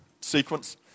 sequence